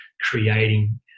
creating